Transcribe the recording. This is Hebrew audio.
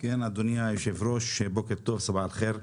אדוני היושב-ראש, בוקר טוב, סבאח אל-חיר,